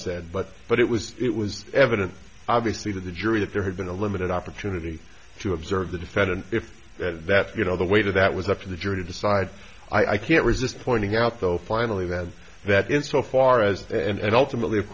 said but but it was it was evident obviously to the jury that there had been a limited opportunity to observe the defendant if that you know the weight of that was up to the jury to decide i can't resist pointing out though finally then that in so far as and ultimately of